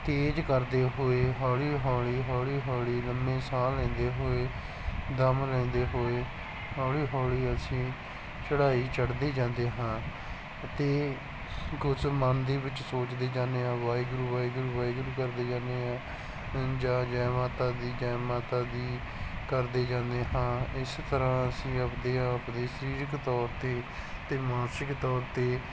ਤੇਜ਼ ਕਰਦੇ ਹੋਏ ਹੌਲੀ ਹੌਲੀ ਹੌਲੀ ਹੌਲੀ ਲੰਬੇ ਸਾਹ ਲੈਂਦੇ ਹੋਏ ਦਮ ਲੈਂਦੇ ਹੋਏ ਹੌਲੀ ਹੌਲੀ ਅਸੀਂ ਚੜ੍ਹਾਈ ਚੜ੍ਹਦੇ ਜਾਂਦੇ ਹਾਂ ਅਤੇ ਕੁਝ ਮਨ ਦੇ ਵਿੱਚ ਸੋਚਦੇ ਜਾਂਦੇ ਹਾਂ ਵਾਹਿਗੁਰੂ ਵਾਹਿਗੁਰੂ ਵਾਹਿਗੁਰੂ ਕਰਦੇ ਜਾਂਦੇ ਹਾਂ ਜਾਂ ਜੈ ਮਾਤਾ ਦੀ ਜੈ ਮਾਤਾ ਦੀ ਕਰਦੇ ਜਾਂਦੇ ਹਾਂ ਇਸ ਤਰ੍ਹਾਂ ਅਸੀਂ ਆਪਣੇ ਆਪਣੇ ਸਰੀਰਕ ਤੌਰ 'ਤੇ ਅਤੇ ਮਾਨਸਿਕ ਤੌਰ 'ਤੇ